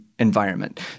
Environment